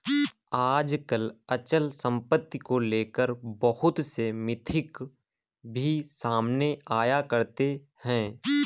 आजकल अचल सम्पत्ति को लेकर बहुत से मिथक भी सामने आया करते हैं